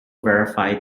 verified